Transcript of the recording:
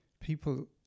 people